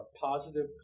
positive